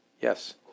Yes